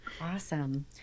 Awesome